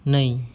नै